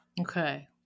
Okay